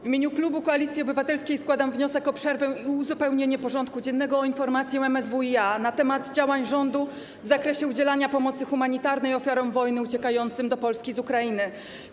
W imieniu klubu Koalicji Obywatelskiej składam wniosek o przerwę i uzupełnienie porządku dziennego o informację MSWiA na temat działań rządu w zakresie udzielania pomocy humanitarnej ofiarom wojny uciekającym z Ukrainy do Polski.